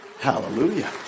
Hallelujah